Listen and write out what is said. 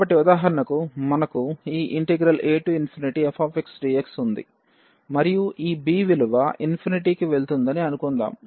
కాబట్టి ఉదాహరణకు మనకు ఈ afxdx ఉంది మరియు ఈ b విలువ కి వెళుతుందని అనుకుందాం